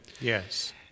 Yes